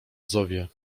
zowie